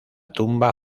tumba